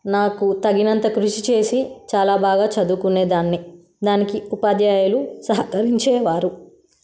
నాకు తగినంత కృషి చేసి చాలా బాగా చదువుకునే దాన్ని దానికి ఉపాధ్యాయులు సహకరించేవారు